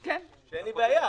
ואין לי בעיה.